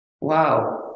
Wow